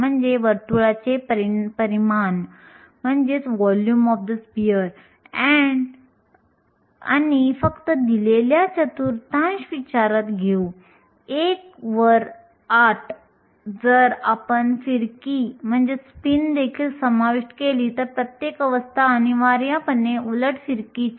सहसा सिलिकॉनच्या बाबतीत आपण प्रत्यक्षात स्पष्टपणे हे दाखवू नंतर 12 वर इलेक्ट्रॉन व्होल्टचा क्रम असेल किंवा 0